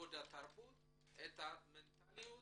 ואת המנטליות.